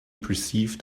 perceived